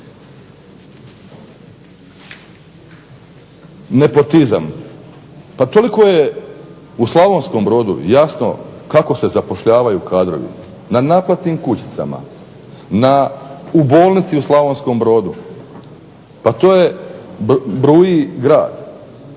Nepotizam, toliko je u Slavonskom brodu jasno kako se zapošljavaju kadrovi, na naplatnim kućicama, u bolnici u Slavonskom Brodu, pa to bruji grad.